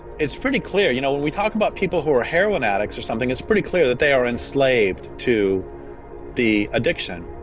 it's pretty clear you know when we talk about people who are heroin addicts or something it's pretty clear that they are enslaved to the addiction.